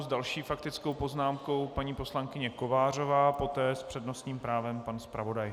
S další faktickou poznámkou paní poslankyně Kovářová, poté s přednostním právem pan zpravodaj.